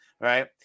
right